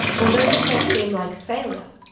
although this may seem like failure,